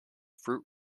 fruit